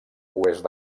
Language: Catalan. oest